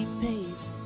pace